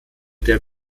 der